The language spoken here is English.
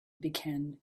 began